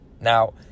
Now